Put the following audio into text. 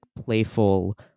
playful